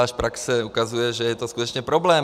Až praxe ukazuje, že je to skutečně problém.